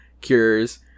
Cures